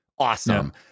awesome